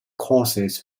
courses